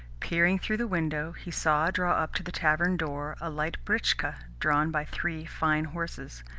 peering through the window, he saw draw up to the tavern door a light britchka drawn by three fine horses.